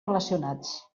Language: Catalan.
relacionats